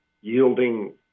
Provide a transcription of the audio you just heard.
yielding